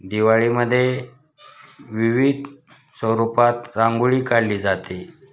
दिवाळीमध्ये विविध स्वरूपात रांगोळी काढली जाते